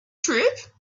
trip